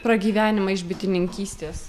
pragyvenimą iš bitininkystės